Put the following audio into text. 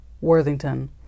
worthington